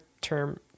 term